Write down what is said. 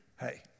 Hey